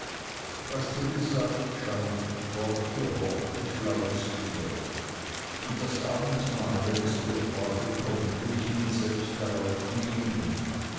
was du gesagt hast schau wort für wort ich glaub es dir und das abendmahl wenn es zur sprache kommt will ich selbst nun darauf nehmen